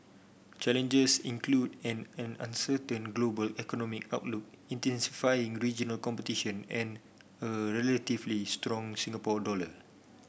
challenges include an an uncertain global economic outlook intensifying regional competition and a relatively strong Singapore dollar